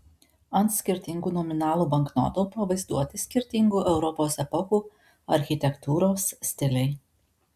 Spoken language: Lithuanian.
ant skirtingų nominalų banknotų pavaizduoti skirtingų europos epochų architektūros stiliai